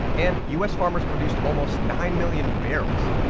and u s. farmers produced almost nine million barrels.